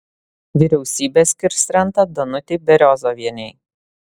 vyriausybė skirs rentą danutei beriozovienei